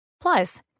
Plus